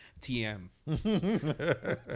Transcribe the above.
TM